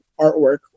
artwork